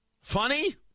Funny